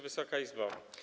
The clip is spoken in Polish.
Wysoka Izbo!